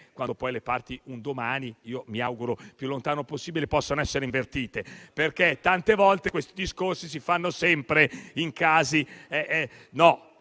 quando le parti un domani - mi auguro il più lontano possibile - potranno essere invertite, perché tante volte questi discorsi si fanno sempre solo